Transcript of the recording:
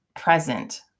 present